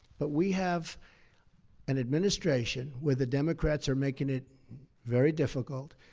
but we have an administration where the democrats are making it very difficult.